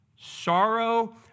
sorrow